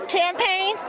campaign